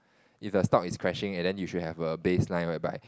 if a stock is crashing and then you should have a baseline whereby